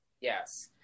Yes